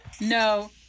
No